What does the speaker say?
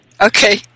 Okay